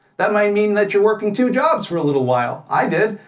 that might mean, that you're working two jobs for a little while. i did!